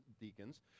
deacons